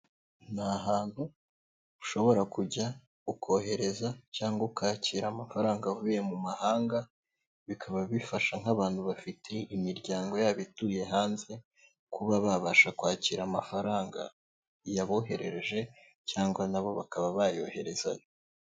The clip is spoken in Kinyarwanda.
Ni ahantu ushobora kujya ukohereza cyangwa ukakira amafaranga avuye mu mahanga bikaba bifasha nk'abantu bafite imiryango yabo ituye hanze kuba babasha kwakira amafaranga yaboherereje cyangwa na bo bakaba bayoherezayo.